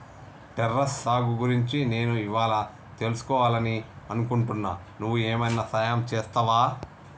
terrace సాగు గురించి నేను ఇవ్వాళా తెలుసుకివాలని అనుకుంటున్నా నువ్వు ఏమైనా సహాయం చేస్తావా